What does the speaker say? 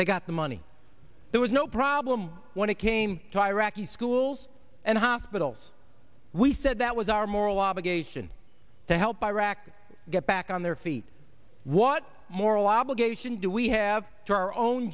they got the money there was no problem when it came to iraqi schools and hospitals we said that was our moral obligation to help iraqis get back on their feet what moral obligation do we have to our own